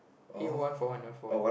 eh one for one one for one